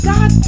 God